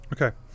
Okay